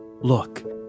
Look